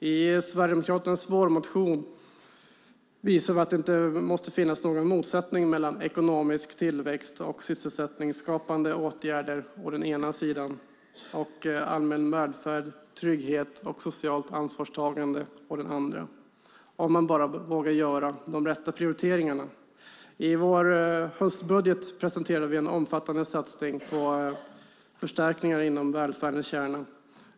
I Sverigedemokraternas vårmotion visar vi att det inte måste finnas någon motsättning mellan ekonomisk tillväxt och sysselsättningsskapande åtgärder å den ena sidan och allmän välfärd, trygghet och socialt ansvarstagande å den andra - om man bara vågar göra de rätta prioriteringarna. I vår höstbudget presenterade vi en omfattande satsning på förstärkningar inom välfärdens kärna.